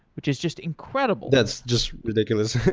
which is just incredible. that's just ridiculous,